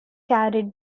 carried